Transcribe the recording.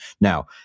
Now